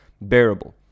bearable